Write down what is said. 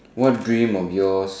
what dream of yours